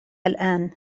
الآن